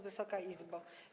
Wysoka Izbo!